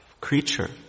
creature